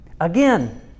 again